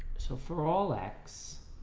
so for all x,